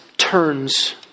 turns